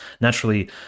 naturally